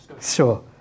sure